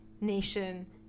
nation